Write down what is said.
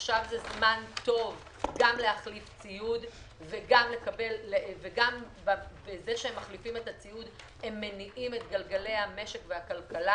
עכשיו זה זמן טוב גם להחליף ציוד ובכך הם מניעים את גלגלי המשק והכלכלה.